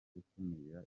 gukumira